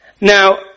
Now